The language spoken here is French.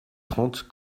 trente